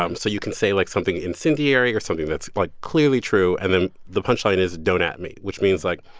um so you can say, like, something incendiary or something that's, like, clearly true, and then the punchline is don't at me, which means, like,